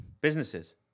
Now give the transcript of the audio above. Businesses